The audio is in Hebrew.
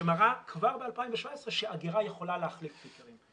שמראה כבר ב-2017 שאגירה יכולה להחליף פיקרים.